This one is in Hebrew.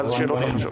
ואז שאלות.